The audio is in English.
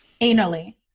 anally